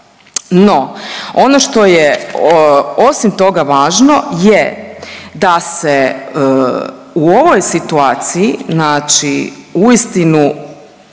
No, ono što je osim toga važno je da se u ovoj situaciji znači uistinu